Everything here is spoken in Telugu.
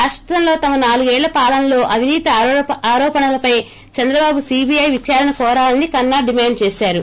రాష్టంలో తమ నాలుగేళ్ళ పాలనలో అవినీతి ఆరోపణలపై చంద్రబాబు సీబీఐ విచారణ కోరాలని కన్నా డిమాండ్ చేశారు